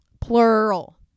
Plural